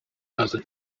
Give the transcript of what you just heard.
razy